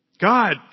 God